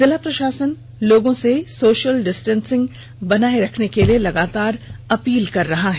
जिला प्रषासन लोगों से सोषल डिस्टेंस बनाए रखने के लिए लागातार अपील कर रही है